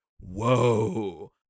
whoa